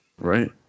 right